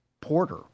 Porter